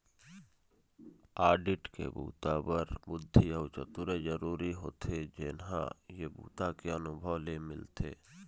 audit के बूता बर बुद्धि अउ चतुरई जरूरी होथे जेन ह ए बूता के अनुभव ले मिलथे